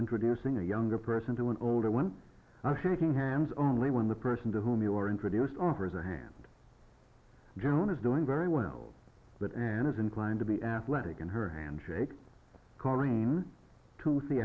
introducing a younger person to an older one now shaking hands only when the person to whom you are introduced offers a hand joan is doing very well but and is inclined to be athletic in her handshake coreen to